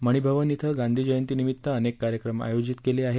मणी भवन इथं गांधीजयंतीनिमित्त अनेक कार्यक्रम आयोजित केले आहेत